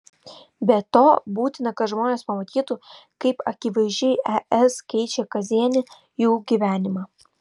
be to būtina kad žmonės pamatytų kaip akivaizdžiai es keičia kasdienį jų gyvenimą